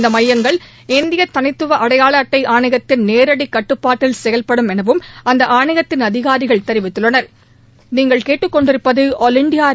இந்த மையங்கள் இந்திய தனித்துவ அடையாள அட்டை ஆணையத்தின் நேரடி கட்டுப்பாட்டில் செயல்படும் எனவும் அந்த ஆணையத்தின் அதிகாரிகள் தெரிவித்துள்ளனா